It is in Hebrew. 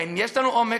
האם יש לנו עומק,